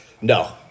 No